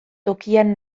tokian